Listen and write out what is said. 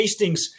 tastings